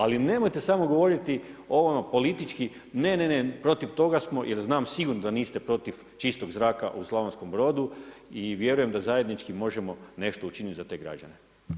Ali nemojte samo govoriti, ovdje politički, ne, ne, protiv toga smo jer znam sigurno da niste protiv čistog zraka u Slavonskom Brodu i vjerujem da zajednički možemo nešto učiniti za te građane.